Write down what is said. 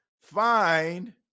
find